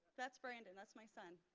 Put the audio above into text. that's brandon, that's my son.